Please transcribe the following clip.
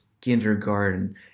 kindergarten